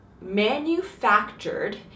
manufactured